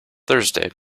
thursday